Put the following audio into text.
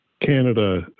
Canada